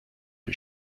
wie